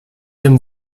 dem